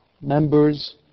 members